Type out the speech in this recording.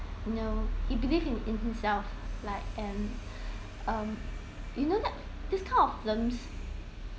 you know he believed in in himself like and um you know that this kind of films